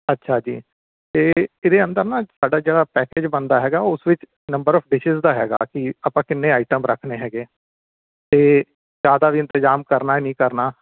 ਅੱਛਾ ਜੀ ਅਤੇ ਇਹਦੇ ਅੰਦਰ ਨਾ ਸਾਡਾ ਜਿਹੜਾ ਪੈਕੇਜ ਬਣਦਾ ਹੈ ਉਸ ਵਿੱਚ ਨੰਬਰ ਔਫ ਡਿਸ਼ਿਸ ਦਾ ਹੈ ਕਿ ਆਪਾਂ ਕਿੰਨੇ ਆਈਟਮ ਰੱਖਣੇ ਹੈਗੇ ਹੈ ਅਤੇ ਚਾਹ ਦਾ ਵੀ ਇੰਤਜ਼ਾਮ ਕਰਨਾ ਨਹੀਂ ਕਰਨਾ